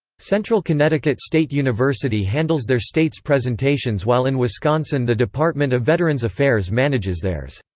central connecticut state university handles their state's presentations while in wisconsin the department of veterans affairs manages theirs.